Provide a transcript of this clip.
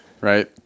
right